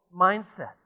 mindset